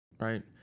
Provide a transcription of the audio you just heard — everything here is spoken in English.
Right